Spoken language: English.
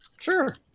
Sure